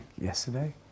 yesterday